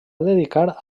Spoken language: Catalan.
dedicar